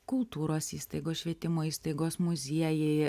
kultūros įstaigos švietimo įstaigos muziejai